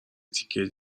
تیکه